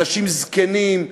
אנשים זקנים,